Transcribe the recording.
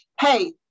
hey